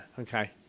okay